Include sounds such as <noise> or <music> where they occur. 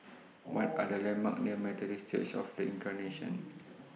<noise> What Are The landmarks near Methodist Church of The Incarnation